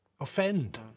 offend